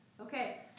Okay